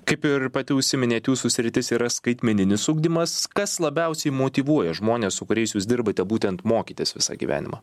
kaip ir pati užsiminėt jūsų sritis yra skaitmeninis ugdymas kas labiausiai motyvuoja žmones su kuriais jūs dirbate būtent mokytis visą gyvenimą